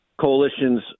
coalitions